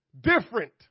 different